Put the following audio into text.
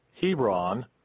Hebron